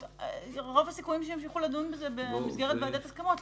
רוב הסיכויים שימשיכו לדון בזה במסגרת ועדת ההסכמות.